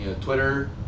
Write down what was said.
Twitter